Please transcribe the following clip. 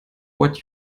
what